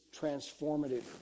transformative